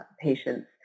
patients